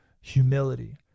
humility